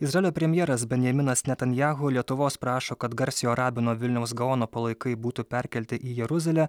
izraelio premjeras benjaminas netanyahu lietuvos prašo kad garsiojo rabino vilniaus gaono palaikai būtų perkelti į jeruzalę